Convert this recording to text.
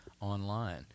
online